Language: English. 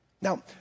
Now